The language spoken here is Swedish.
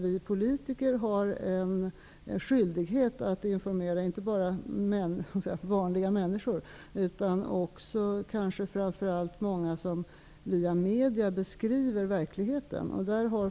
Vi politiker har en skyldighet att informera, inte bara vanliga människor utan också många som via media beskriver verkligheten.